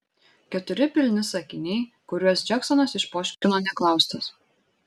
keturi pilni sakiniai kuriuos džeksonas išpoškino neklaustas